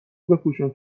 بپوشون